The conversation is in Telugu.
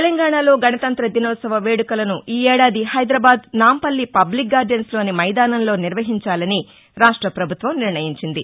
తెలంగాణలో గణతంత దినోత్సవ వేడుకలను ఈఏడాది హైదరాబాద్ నాంపల్లి పబ్లిక్గార్డెస్స్లోని మైదాసంలో నిర్వహించాలని రాష్ట ప్రభుత్వం నిర్ణయించింది